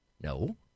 No